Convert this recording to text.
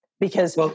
Because-